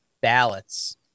ballots